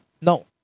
No